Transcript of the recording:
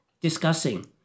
discussing